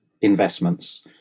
investments